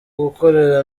gukorera